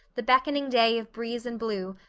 the beckoning day of breeze and blue,